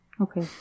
Okay